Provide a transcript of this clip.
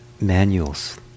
manuals